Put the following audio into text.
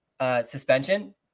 suspension